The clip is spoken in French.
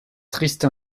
triste